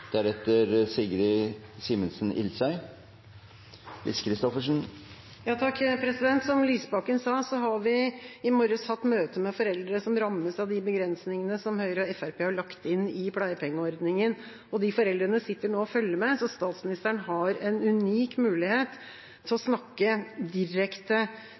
Lise Christoffersen – til oppfølgingsspørsmål. Som representanten Lysbakken sa, har vi i morges hatt møte med foreldre som rammes av de begrensningene Høyre og Fremskrittspartiet har lagt inn i pleiepengeordningen. De foreldrene sitter nå og følger med, så statsministeren har en unik mulighet til å snakke direkte